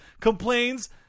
complains